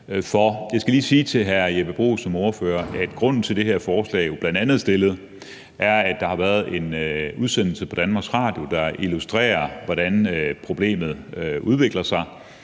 Jeg skal lige sige til hr. Jeppe Bruus som ordfører, at grunden til, at det her forslag er fremsat, jo bl.a. er, at der har været en udsendelse på Danmarks Radio, der illustrerer, hvordan problemet udvikler sig.